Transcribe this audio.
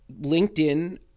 LinkedIn